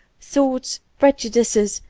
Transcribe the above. thoughts, prejudices,